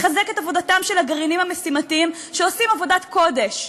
לחזק את עבודתם של הגרעינים המשימתיים שעושים עבודת קודש.